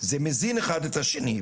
זה מזין אחד את השני.